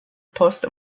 post